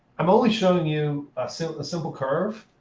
i'm only showing you a simple simple curve.